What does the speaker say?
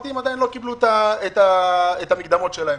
הפרטיים שעדיין לא קיבלו את המקדמות שלהם.